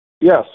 Yes